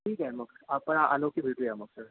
ठीक आहे मग आपण आलो की भेटूया मग सर